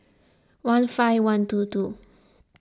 one five one two two